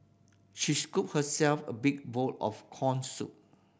she scooped herself a big bowl of corn soup